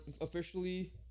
officially